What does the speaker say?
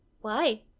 Why